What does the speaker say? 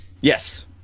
Yes